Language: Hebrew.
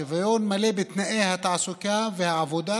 שוויון מלא בתנאי התעסוקה והעבודה,